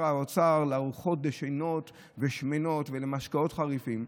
האוצר לארוחות דשנות ושמנות ולמשקאות חריפים.